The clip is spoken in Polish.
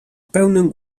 pełnym